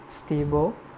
stable